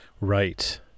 Right